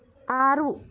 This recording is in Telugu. ఆరు